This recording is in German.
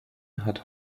hat